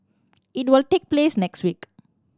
it will take place next week